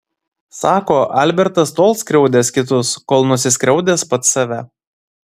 sako albertas tol skriaudęs kitus kol nusiskriaudęs pats save